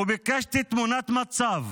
וביקשתי תמונת מצב,